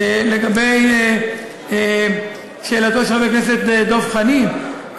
לגבי שאלתו של חבר הכנסת דב חנין,